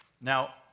Now